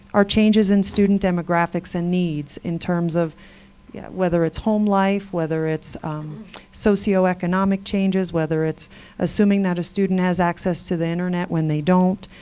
our changes in student demographics and needs, in terms of yeah whether it's home life, whether it's socioeconomic changes, whether it's assuming that a student has access to the internet when they don't,